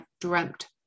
dreamt